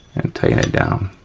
and tighten that down.